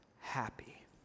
happy